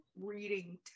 reading